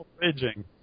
raging